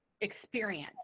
experience